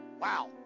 Wow